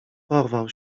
porwał